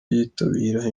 yitabira